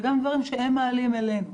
וגם דברים שהם מעלים אלינו.